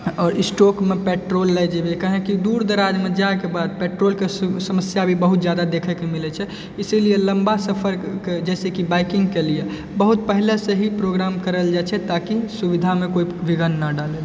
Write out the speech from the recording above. आओर स्टॉकमे पेट्रोल लए जेबै काहेकि दूर दराजमे जाइके बाद पेट्रोलके समस्या भी बहुत जादा देखैके मिलै छै इसीलिए लम्बा सफर जैसेकि बाइकिंगके लिए बहुत पहले से ही प्रोग्राम करल जाइ छै ताकि सुविधा मे कोई विघ्न नहि डालै